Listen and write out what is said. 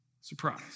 surprise